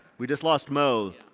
we just lost mo.